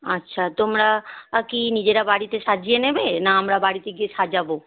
আচ্ছা তোমরা কি নিজেরা বাড়িতে সাজিয়ে নেবে না আমরা বাড়িতে গিয়ে সাজাব